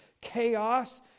chaos